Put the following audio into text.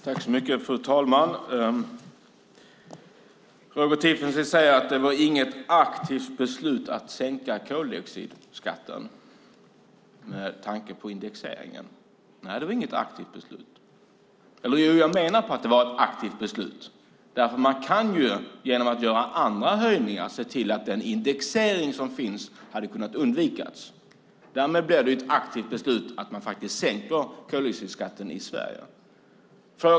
Fru talman! Roger Tiefensee säger, apropå indexeringen, att det inte var ett aktivt beslut att sänka koldioxidskatten. Jag menar att det var ett aktivt beslut, för genom att göra andra höjningar hade man kunnat se till att den indexering som finns hade undvikits. Därmed blev det ett aktivt beslut att faktiskt sänka koldioxidskatten i Sverige.